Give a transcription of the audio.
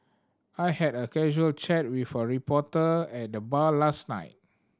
I had a casual chat with a reporter at the bar last night